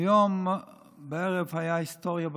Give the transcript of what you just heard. היום בערב הייתה היסטוריה בכנסת.